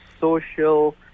social